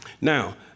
Now